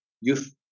youth